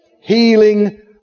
Healing